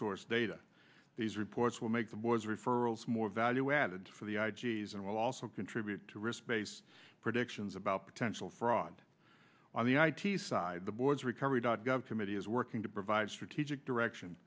source data these reports will make the boys referrals more value added for the i g s and will also contribute to risk based predictions about potential fraud on the i t side the board's recovery dot gov committee is working to provide strategic direction